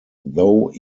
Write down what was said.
though